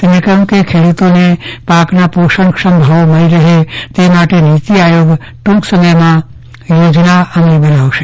તેમણે કહ્યું કે ખેડૂતોને પાકના પોષણક્ષમ ભાવો મળી રહે તે માટે નીતિ આયોગ ટૂંક સમયમાં યોજના અમલી બનાવશે